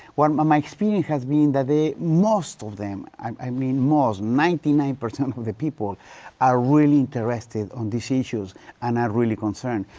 well, my my experience has been that they, most of them, i, i mean most, ninety nine percent of the people are really interested on these issues and are really concerned.